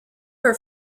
her